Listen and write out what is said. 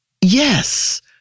Yes